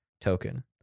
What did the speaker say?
token